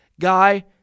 guy